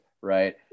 right